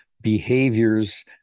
behaviors